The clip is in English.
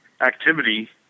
activity